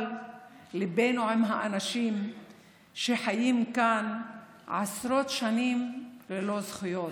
אבל ליבנו עם האנשים שחיים כאן עשרות שנים ללא זכויות,